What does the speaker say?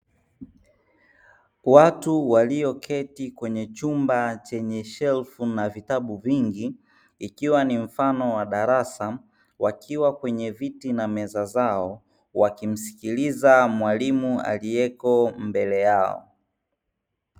Watu walio keti kwenye chumba chenye shelfu na vitabu vingi, ikiwa ni mfano wa darasa, wakiwa kwenye viti na meza zao wakimsikiliza mwalimu aliyeko mbele yao.